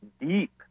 deep